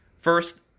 First